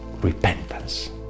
repentance